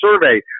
survey